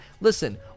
listen